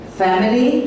family